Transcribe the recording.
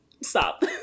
stop